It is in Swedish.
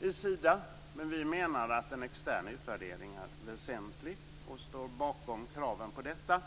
i Sida, men vi menar att en extern utvärdering är väsentlig och står bakom kraven på detta.